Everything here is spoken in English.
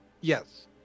yes